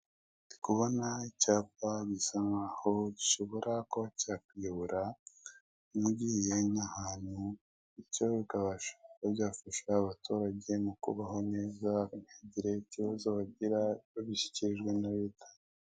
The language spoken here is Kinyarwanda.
Ndi kubona icyapa gishobora kuba cyakuyobora ugiye nk'ahantu, bityo bikabasha kuba byafasha abaturage mukubaho neza ntihagire ikibazo bagira babishikirijwe na leta.